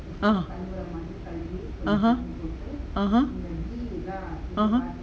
ah (uh huh) (uh huh) (uh huh)